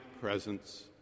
Presence